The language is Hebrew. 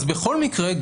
אז בכל מקרה,